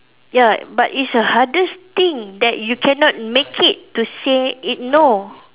ya but it's a hardest thing that you cannot make it to say it no